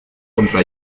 contra